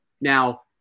now